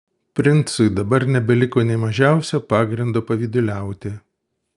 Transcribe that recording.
princui dabar nebeliko nė mažiausio pagrindo pavyduliauti